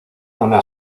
una